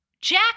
Jack